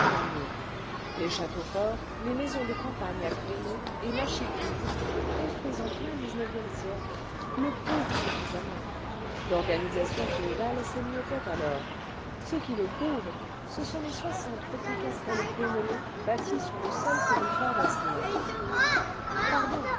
les châteaux forts les maisons de cainpagne à créneaux et mâchicoulis construits en plein xix siècle le prouvent suffisamment l'organisation féodale s'émiettait alors ce qui le prouve ce sont les soixante petits castels crénelés bâtis sur le seul territoire d'asnières pardon